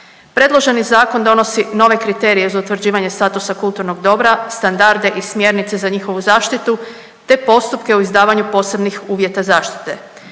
Predloženi zakon donosi nove kriterije za utvrđivanje statusa kulturnog dobra, standarde i smjernice za njihovu zaštitu te postupke u izdavanju posebnih uvjeta zaštite.